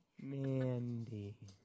Mandy